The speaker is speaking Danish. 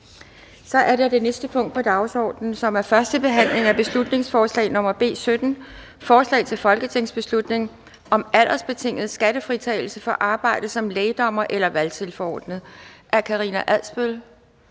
--- Det næste punkt på dagsordenen er: 6) 1. behandling af beslutningsforslag nr. B 17: Forslag til folketingsbeslutning om aldersbetinget skattefritagelse for arbejde som lægdommer eller valgtilforordnet. Af Karina Adsbøl